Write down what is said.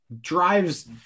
drives